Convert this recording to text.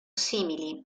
simili